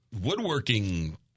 woodworking